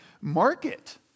market